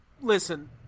listen